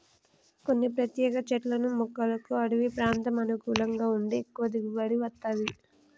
కొన్ని ప్రత్యేక చెట్లను మొక్కలకు అడివి ప్రాంతం అనుకూలంగా ఉండి ఎక్కువ దిగుబడి వత్తది